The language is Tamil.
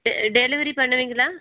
டெ டெலிவரி பண்ணுவீங்களா